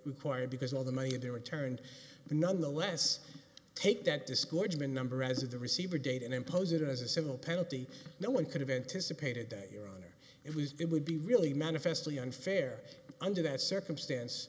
required because of all the money they returned the nonetheless take that discouragement number as of the receiver date and impose it as a civil penalty no one could have anticipated that your honor it was it would be really manifestly unfair under that circumstance